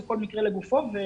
זה כל מקרה לגופו.